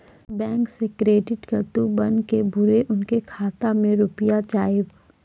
Bank से credit card बन के बुरे उनके खाता मे रुपिया जाएब?